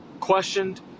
questioned